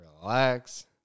relax